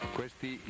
Questi